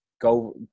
go